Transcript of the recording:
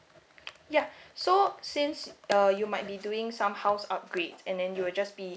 ya so since uh you might be doing somehow upgrades and then you will just be